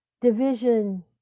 Division